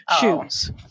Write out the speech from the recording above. shoes